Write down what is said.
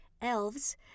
elves